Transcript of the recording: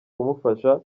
kumufasha